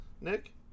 Nick